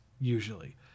Usually